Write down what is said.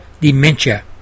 dementia